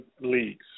leagues